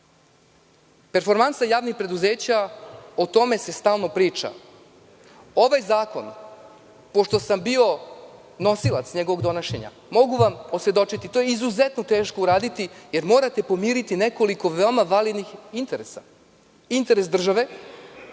domenu. Performansa javnih preduzeća, o tome se stalno priča. Ovaj zakon, pošto sam bio nosilac njegovog donošenja, mogu vam posvedočiti da je to izuzetno teško uraditi, jer morate pomiriti nekoliko veoma validnih interesa – interes države